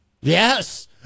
Yes